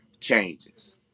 changes